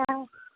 हाँ